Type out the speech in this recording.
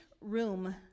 room